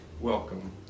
welcome